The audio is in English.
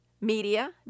media